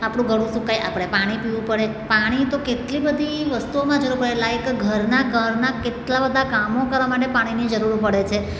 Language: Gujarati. આપણું ગળું સુકાય આપણે પાણી પીવું પડે પાણી તો કેટલી બધી વસ્તુઓમાં જરૂર પડે લાઇક ઘરના કરના કેટલા બધા કામો કરવા માટે પાણીની જરૂર પડે છે